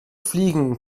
fliegen